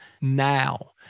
now